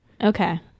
Okay